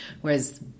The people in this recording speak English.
whereas